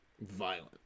violent